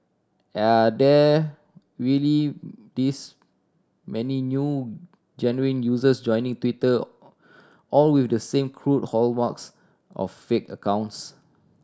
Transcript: are there really this many new genuine users joining Twitter all with the same crude hallmarks of fake accounts